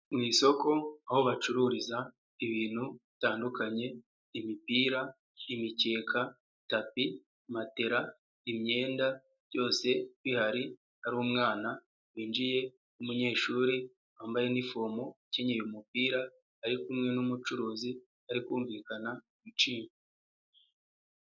Mu isoko aho bacururiza ibintu bitandukanye: imipira, imikeka, tapi, matela, imyenda, byose bihari hari umwana winjiye w'umunyeshuri wambaye inifomu ukenyeye umupira ari kumwe n'umucuruzi bari kumvikana ibiciro.